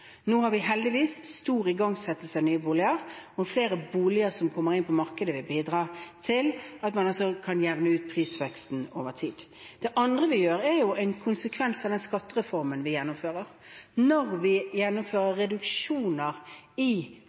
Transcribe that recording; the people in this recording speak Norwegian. Nå har vi heldigvis stor igangsettelse av nye boliger, og flere boliger som kommer inn på markedet, vil bidra til at man også kan jevne ut prisveksten over tid. Det andre vi gjør, er en konsekvens av den skattereformen vi gjennomfører. Når vi gjennomfører reduksjoner i